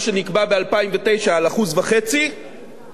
על 1.5%. אפילו אחד לא היה.